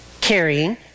carrying